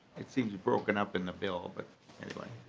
it seems broken up in the bill but anyway.